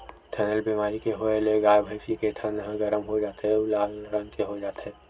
थनैल बेमारी के होए ले गाय, भइसी के थन ह गरम हो जाथे अउ लाल रंग के हो जाथे